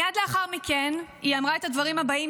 מייד לאחר מכן היא אמרה את הדברים הבאים,